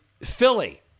Philly